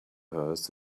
hers